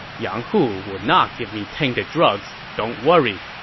yang hu would not give me tainted drugs. don't worry.